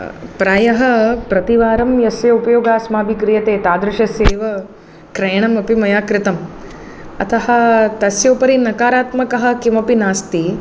प्रायः प्रतिवारं यस्य उपयोगः अस्माभिः क्रियते तादृश एव क्रयणमपि मया कृतम् अतः तस्य उपरि नकारात्मकः किमपि नास्ति